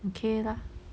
okay lah